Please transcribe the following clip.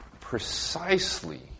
precisely